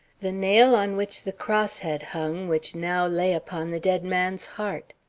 the nail on which the cross had hung which now lay upon the dead man's heart.